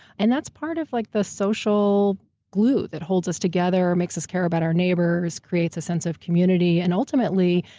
and that's part of like the social glue that holds us together, makes us care about our neighbors. creates a sense of community, and ultimately,